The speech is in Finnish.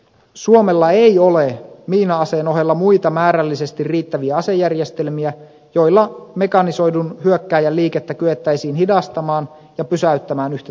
suomella ei ole miina aseen ohella muita määrällisesti riittäviä asejärjestelmiä joilla mekanisoidun hyökkääjän liikettä kyettäisiin hidastamaan ja pysäyttämään yhtä tehokkaasti